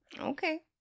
Okay